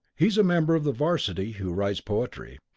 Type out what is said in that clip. he's a member of the varsity who writes poetry.